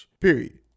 period